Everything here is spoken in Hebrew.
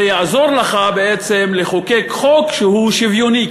זה יעזור לך בעצם לחוקק חוק שהוא שוויוני,